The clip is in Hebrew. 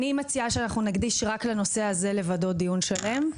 אני מציעה שנקדיש רק לנושא הזה לבדו דיון שלם,